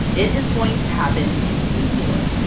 it is going to happen in new york!